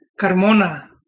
Carmona